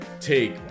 take